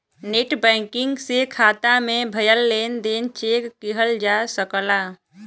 net banking से खाता में भयल लेन देन चेक किहल जा सकला